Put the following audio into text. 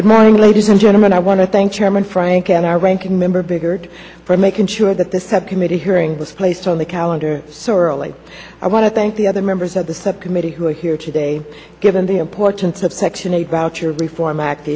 good morning ladies and gentlemen i want to thank chairman frank and our ranking member biggert for making sure that this have committee hearing was placed on the calendar sorrily i want to thank the other members of the subcommittee who are here today given the importance of section eight voucher reform act